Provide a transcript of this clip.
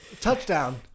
Touchdown